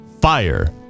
fire